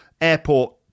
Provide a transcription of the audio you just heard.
Airport